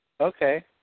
Okay